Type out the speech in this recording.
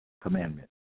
commandment